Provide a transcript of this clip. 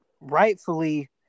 rightfully